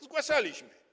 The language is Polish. Zgłaszaliśmy.